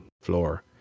floor